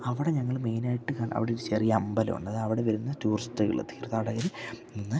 അവിടെ ഞങ്ങൾ മെയിനായിട്ട് അവിടെയൊരു ചെറിയ അമ്പലം ഉണ്ട് അത് അവിടെ വരുന്ന ടൂറിസ്റ്റുകൾ തീർത്ഥാടകരിൽ നിന്ന്